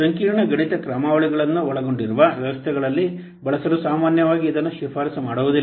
ಸಂಕೀರ್ಣ ಗಣಿತ ಕ್ರಮಾವಳಿಗಳನ್ನು ಒಳಗೊಂಡಿರುವ ವ್ಯವಸ್ಥೆಗಳಲ್ಲಿ ಬಳಸಲು ಸಾಮಾನ್ಯವಾಗಿ ಇದನ್ನು ಶಿಫಾರಸು ಮಾಡುವುದಿಲ್ಲ